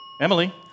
Emily